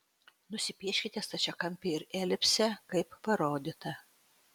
nusipieškite stačiakampį ir elipsę kaip parodyta